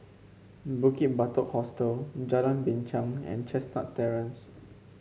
Bukit Batok Hostel Jalan Binchang and Chestnut Terrace